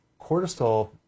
Cortisol